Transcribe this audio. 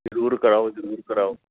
ਜ਼ਰੂਰ ਕਰਾਓ ਜ਼ਰੂਰ ਕਰਾਓ